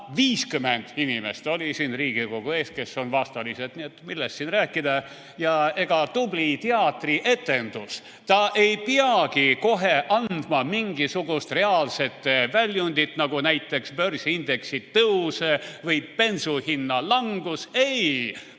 50 inimest oli siin Riigikogu ees, kes on vastalised. Nii et millest siin rääkida. Ega tubli teatrietendus ei peagi kohe andma mingisugust reaalset väljundit, näiteks börsiindeksi tõusu või bensuhinna langust.